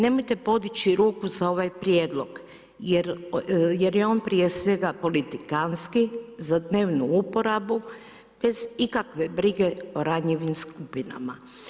Nemojte podići ruku za ovaj prijedlog jer je on prije svega politikanski, za dnevnu uporabu, bez ikakve brige o ranjivim skupinama.